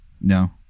No